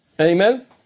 Amen